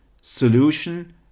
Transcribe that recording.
solution